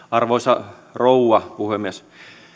arvoisa rouva puhemies